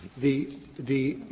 the the,